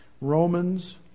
Romans